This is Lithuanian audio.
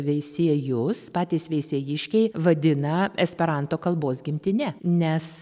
veisiejus patys veisiejiškiai vadiną esperanto kalbos gimtine nes